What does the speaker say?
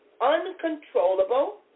uncontrollable